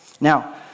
now